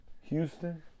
Houston